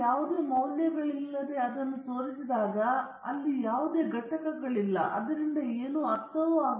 ಮತ್ತು ನೀವು ಯಾವುದೇ ಮೌಲ್ಯಗಳಿಲ್ಲದೆ ಗ್ರಾಫ್ ಅನ್ನು ತೋರಿಸಿದಾಗ ಅದರ ಮೇಲೆ ಯಾವುದೇ ಘಟಕಗಳಿಲ್ಲ ಆಗ ನೀವು ನಿಜವಾಗಿಯೂ ತಮ್ಮ ಸಮಯವನ್ನು ವ್ಯರ್ಥ ಮಾಡುತ್ತಿದ್ದೀರಿ